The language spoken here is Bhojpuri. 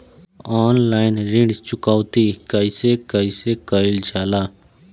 ऑनलाइन ऋण चुकौती कइसे कइसे कइल जाला?